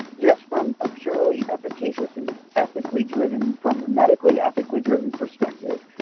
yes from a purely efficacious and ethically driven from the medically, ethically driven perspective,